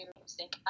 music